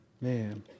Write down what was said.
man